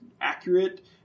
accurate